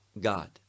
God